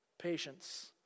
Patience